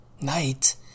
night